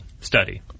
study